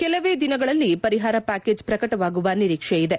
ಕೆಲವೇ ದಿನಗಳಲ್ಲಿ ಪರಿಹಾರ ಪ್ಯಾಕೇಜ್ ಪ್ರಕಟವಾಗುವ ನಿರೀಕ್ಷೆ ಇದೆ